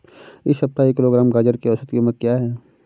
इस सप्ताह एक किलोग्राम गाजर की औसत कीमत क्या है?